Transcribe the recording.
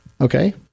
Okay